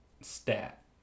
stat